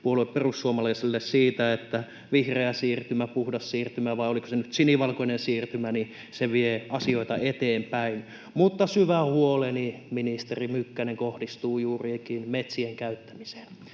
perussuomalaisille siitä, että vihreä siirtymä, puhdas siirtymä, vai oliko se nyt sinivalkoinen siirtymä, vie asioita eteenpäin. Mutta syvä huoleni, ministeri Mykkänen, kohdistuu juurikin metsien käyttämiseen.